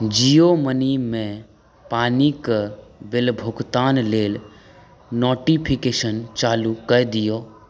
Jio money मे पानीक bill भुगतान लेल नोटिफिकेशन चालू कए दिऔ